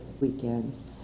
weekends